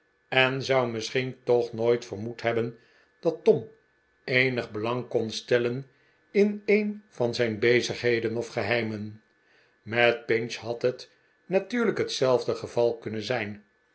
en zou misschien toch nooit vermoed hebben dat tom eenig belang kon stellen in een van zijn bezigheden of geheimen met pinch had het natuurlijk hetzelfde geval kunnen zijn